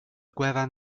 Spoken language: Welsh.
gwefan